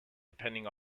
depending